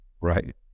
Right